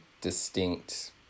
distinct